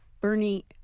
Bernie